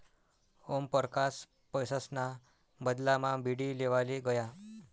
ओमपरकास पैसासना बदलामा बीडी लेवाले गया